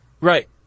Right